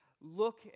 look